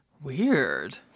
Weird